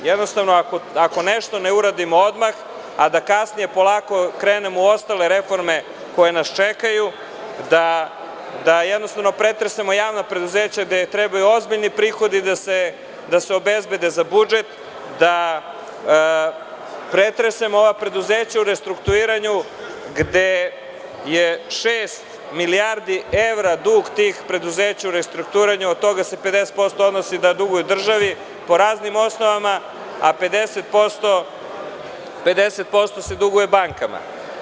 Ako nešto ne uradimo odmah, a da kasnije polako krenemo u osnovne reforme koje nas čekaju, da pretresemo javna preduzeća gde trebaju ozbiljni prihodi da se obezbede za budžet, da pretresemo preduzeća u restrukturiranju gde je šest milijardi evra dug tih preduzeća u restrukturiranju, od toga se 50% odnosi da duguju državi po raznim osnovama, a 50% se duguje bankama.